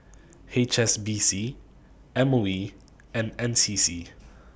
H S B C M O E and N C C